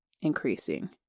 increasing